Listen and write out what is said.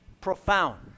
profound